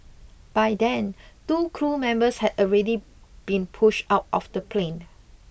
by then two crew members had already been pushed out of the plane